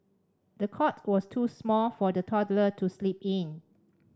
the cot was too small for the toddler to sleep in